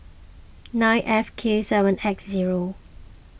nine F K seven X zero